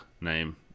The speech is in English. name